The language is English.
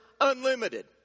unlimited